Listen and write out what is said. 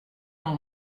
dans